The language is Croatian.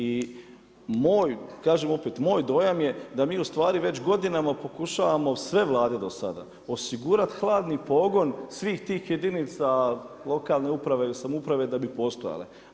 I moj kažem opet moj dojam je da ustvari već godinama pokušavamo sve vlade do sada osigurati hladni pogon svih tih jedinica lokalne uprave ili samouprave da bi postojale.